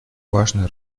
важная